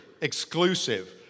exclusive